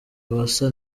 basa